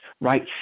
right